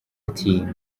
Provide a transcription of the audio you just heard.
ati